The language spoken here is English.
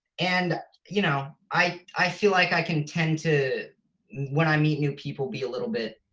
and you know i i feel like i can tend to when i meet new people be a little bit